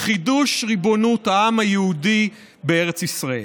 חידוש ריבונות העם היהודי בארץ ישראל.